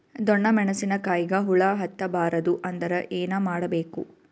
ಡೊಣ್ಣ ಮೆಣಸಿನ ಕಾಯಿಗ ಹುಳ ಹತ್ತ ಬಾರದು ಅಂದರ ಏನ ಮಾಡಬೇಕು?